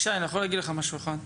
ישי, אני יכול להגיד לך משהו אחד.